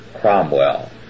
Cromwell